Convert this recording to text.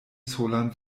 solan